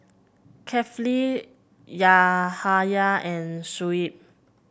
Kefli Yahaya and Shuib